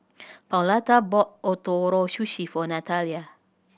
Pauletta bought Ootoro Sushi for Nathalia